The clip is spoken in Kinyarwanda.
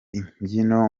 imbyino